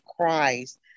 Christ